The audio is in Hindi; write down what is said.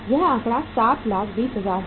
यह आंकड़ा 720000 है